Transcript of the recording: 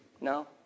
No